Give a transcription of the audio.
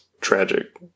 tragic –